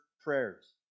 prayers